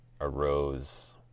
arose